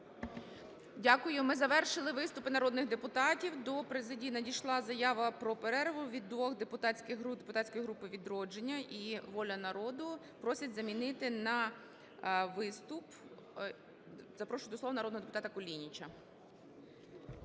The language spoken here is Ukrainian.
Дякую. Ми завершили виступи народних депутатів. До президії надійшла заява про перерву від двох депутатських груп: депутатської групи "Відродження" і "Воля народу". Просять замінити на виступ. Запрошую до слова народного депутата Кулініча.